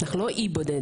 אנחנו לא אי בודד.